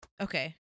okay